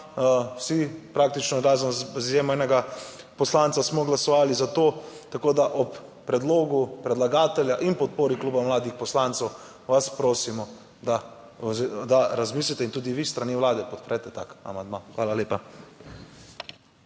vsi praktično, razen z izjemo enega poslanca smo glasovali za to, tako da ob predlogu predlagatelja in podpori Kluba mladih poslancev vas prosimo, da razmislite in tudi vi s strani Vlade podprete tak amandma.